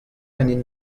ganin